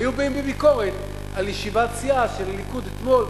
היו באים בביקורת על ישיבת סיעה של הליכוד אתמול,